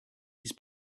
his